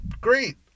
great